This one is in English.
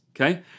okay